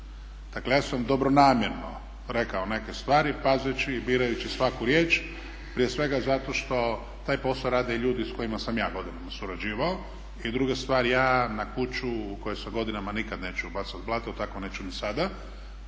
Dakle ja sam dobronamjerno rekao neke stvari pazeći i birajući svaku riječ, prije svega zato što taj posao rade ljude s kojima sam ja godinama surađivao. I druga stvar, ja na kuću u kojoj sam godinama nikada neću bacati blatom tako neću ni sada,